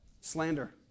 Slander